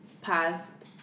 past